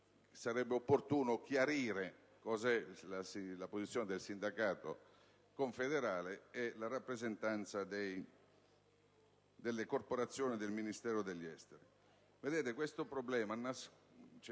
dunque opportuno chiarire qual è la posizione del sindacato confederale e della rappresentanza delle corporazioni del Ministero degli affari esteri. Vedete, questo problema